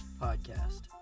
Podcast